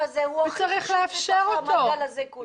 צריך לאפשר אותו.